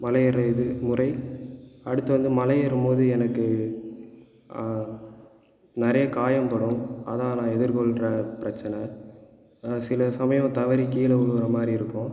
மலை ஏறுகிற இது முறை அடுத்து வந்து மலை ஏறும் போது எனக்கு நிறைய காயம் படும் அதான் நான் எதிர்க்கொல்கிற பிரச்சினை சில சமயம் நான் தவறி கீழ விழுவுற மாதிரி இருக்கும்